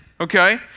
okay